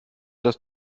das